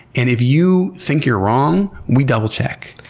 and if you think you're wrong, we double check.